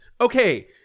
okay